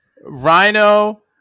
Rhino